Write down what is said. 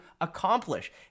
accomplish